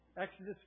Exodus